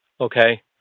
okay